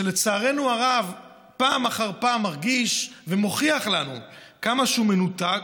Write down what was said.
שלצערנו הרב פעם אחר פעם מרגיש ומוכיח לנו כמה שהוא מנותק,